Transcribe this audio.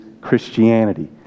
Christianity